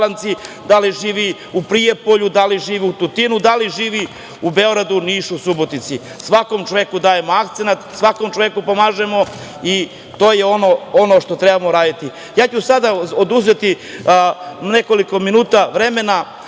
da li živi u Prijepolju, da li živi u Tutinu, da li živi u Beogradu, Nišu, Subotici. Svakom čoveku dajmo akcenat, svakom čoveku pomažemo i to je ono što trebamo radimo. Sada ću oduzeti nekoliko minuta vremena